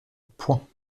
point